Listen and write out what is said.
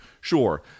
Sure